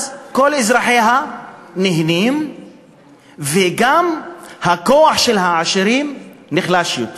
אז כל אזרחיה נהנים וגם הכוח של העשירים נחלש יותר.